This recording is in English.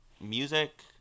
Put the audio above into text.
music